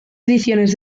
ediciones